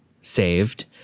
saved